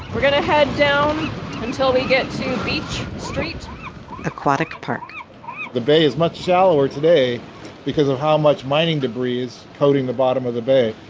we're going to head down until we get to beach street aquatic park the bay is much shallower today because of how much mining debris coating the bottom of the bay.